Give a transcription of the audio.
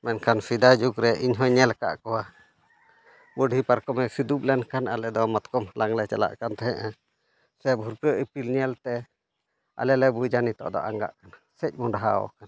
ᱢᱮᱱᱠᱷᱟᱱ ᱥᱮᱫᱟᱭ ᱡᱩᱜᱽ ᱨᱮ ᱤᱧ ᱦᱚᱧ ᱧᱮᱞ ᱠᱟᱫ ᱠᱚᱣᱟ ᱵᱩᱰᱷᱤ ᱯᱟᱨᱠᱚᱢᱮ ᱥᱤᱫᱩᱵ ᱞᱮᱱᱠᱷᱟᱱ ᱟᱞᱮ ᱫᱚ ᱢᱟᱛᱚᱠᱚᱢ ᱦᱟᱞᱟᱝ ᱞᱮ ᱪᱟᱞᱟᱜ ᱠᱟᱱ ᱛᱟᱦᱮᱸᱫᱼᱟ ᱥᱮ ᱵᱷᱩᱨᱠᱟᱹᱜ ᱤᱯᱤᱞ ᱧᱮᱞᱛᱮ ᱟᱞᱮ ᱞᱮ ᱵᱩᱡᱟ ᱱᱤᱛᱚᱜ ᱫᱚ ᱟᱜᱟᱜ ᱠᱟᱱᱟ ᱥᱮᱫ ᱢᱚᱦᱰᱟᱣ ᱠᱟᱱᱟ